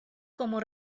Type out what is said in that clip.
como